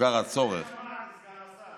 הוכר הצורך, את זה שמעתי, סגן השר.